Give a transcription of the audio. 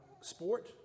sport